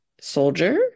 soldier